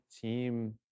team